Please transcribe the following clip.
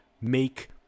make